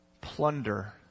plunder